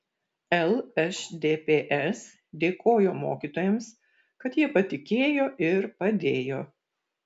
lšdps dėkojo mokytojams kad jie patikėjo ir padėjo